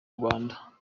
rwanda